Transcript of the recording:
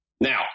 Now